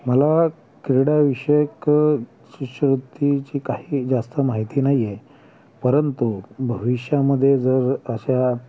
मला क्रीडा विषयक शिष्यवृत्तीची काही जास्त माहिती नाही आहे परंतु भविष्यामध्ये जर अशा